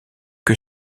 que